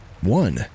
One